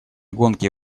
гонки